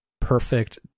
perfect